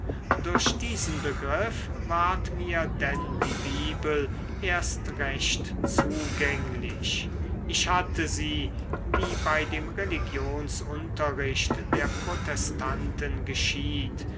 durch diesen begriff ward mir denn die bibel erst recht zugänglich ich hatte sie wie bei dem religionsunterricht der protestanten geschieht